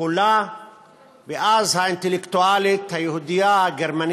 ואז האינטלקטואלית היהודייה חנה